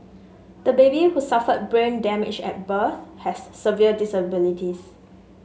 the baby who suffered brain damage at birth has severe disabilities